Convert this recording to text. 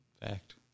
Fact